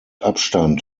abstand